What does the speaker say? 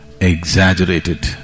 exaggerated